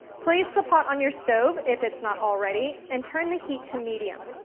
place the pot on your stove if it's not already, and turn the heat to medium.